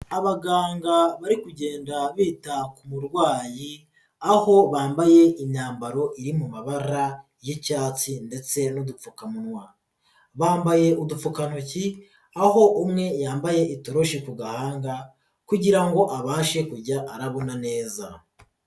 Abaganga bari kugenda bita ku murwayi, aho bambaye imyambaro iri mu mabara y'icyatsi ndetse n'udupfukamunwa, bambaye udupfukantoki, aho umwe yambaye itoroshi ku gahanga kugirango abashe kujya arabona neza.